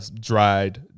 dried